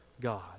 God